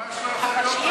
ממש לא יכול להיות,